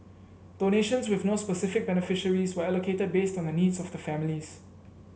donations with no specific beneficiaries were allocated based on the needs of the families